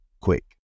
quick